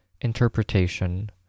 Interpretation